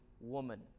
woman